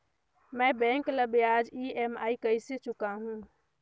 मैं बैंक ला ब्याज ई.एम.आई कइसे चुकाहू?